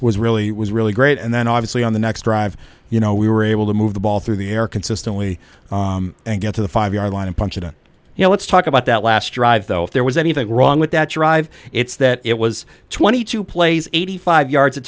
was really was really great and then obviously on the next drive you know we were able to move the ball through the air consistently and get to the five yard line and punch it in you know let's talk about that last drive though if there was anything wrong with that drive it's that it was twenty two plays eighty five yards it